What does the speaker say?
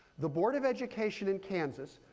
the board of education in kansas,